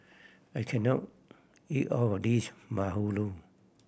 I can not eat all this bahulu